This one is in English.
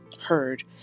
heard